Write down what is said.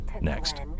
next